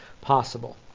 possible